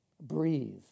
Breathe